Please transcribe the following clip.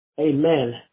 Amen